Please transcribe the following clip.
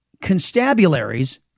constabularies